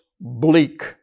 bleak